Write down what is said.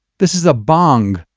this is a bong.